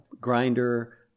grinder